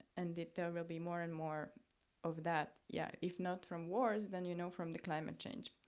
and it will be more and more of that, yeah, if not from wars, then you know, from the climate change,